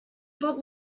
about